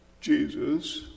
Jesus